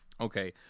Okay